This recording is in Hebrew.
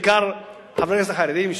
בעיקר חברי הכנסת החרדים,